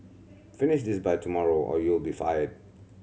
finish this by tomorrow or you'll be fired